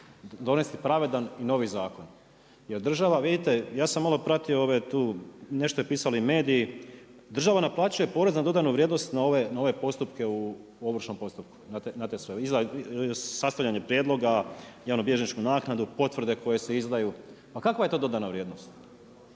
donesti pravedan i novi zakona. Jer država vidite, ja sam malo pratio ove tu, nešto je pisalo i mediji. Država naplaćuje porez na dodanu vrijednost na ove postupke u ovršnom postupku na te sve, sastavljanje prijedloga, javnobilježničku naknadu, potvrde koje se izdaju. A kakva je to dodana vrijednost?